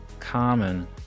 Common